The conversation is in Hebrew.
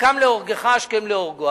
הקם להורגך השכם להורגו.